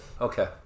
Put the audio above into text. Okay